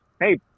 hey